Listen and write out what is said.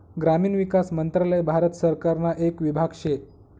ग्रामीण विकास मंत्रालय भारत सरकारना येक विभाग शे